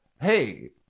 Hey